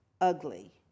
ugly